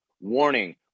Warning